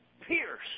pierce